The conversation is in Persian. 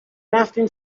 رفتیم